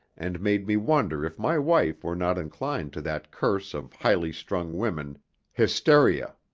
and made me wonder if my wife were not inclined to that curse of highly-strung women hysteria!